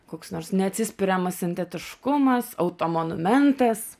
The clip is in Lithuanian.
koks nors neatsispiriamas sintetiškumas automonumentas